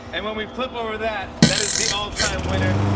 and when we flip over that, that is the all-time winner.